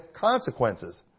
consequences